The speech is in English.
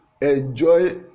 Enjoy